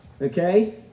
Okay